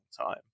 time